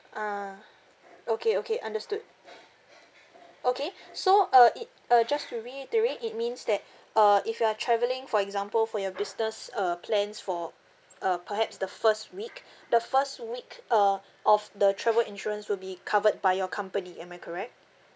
ah okay okay understood okay so uh it uh just to reiterate it means that uh if you are travelling for example for your business uh plans for uh perhaps the first week the first week uh of the travel insurance will be covered by your company am I correct